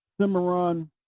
Cimarron